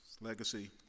legacy